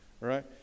right